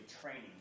training